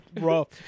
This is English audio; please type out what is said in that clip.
rough